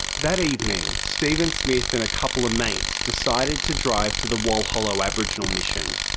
that evening, stephen smith and a couple of mates decided to drive to the walhallow aboriginal mission,